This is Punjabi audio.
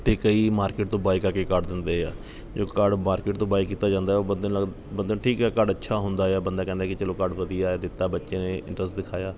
ਅਤੇ ਕਈ ਮਾਰਕੀਟ ਤੋਂ ਬਾਏ ਕਰਕੇ ਕਾਰਡ ਦਿੰਦੇ ਆ ਜੋ ਕਾਰਡ ਮਾਰਕੀਟ ਤੋਂ ਬਾਏ ਕੀਤਾ ਜਾਂਦਾ ਹੈ ਉਹ ਬੰਦੇ ਨੂੰ ਲਗ ਬੰਦੇ ਨੂੰ ਠੀਕ ਹੈ ਕਾਰਡ ਅੱਛਾ ਹੁੰਦਾ ਆ ਬੰਦਾ ਕਹਿੰਦਾ ਕਿ ਚੱਲੋ ਕਾਰਡ ਵਧੀਆ ਹੈ ਦਿੱਤਾ ਬੱਚੇ ਨੇ ਇੰਟਰਸਟ ਦਿਖਾਇਆ